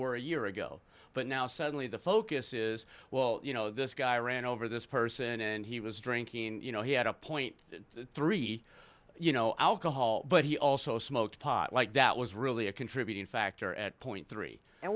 a year ago but now suddenly the focus is well you know this guy ran over this person and he was drinking you know he had a point three you know alcohol but he also smoked pot like that was really a contributing factor at point three and